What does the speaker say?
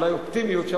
ואולי אופטימיות,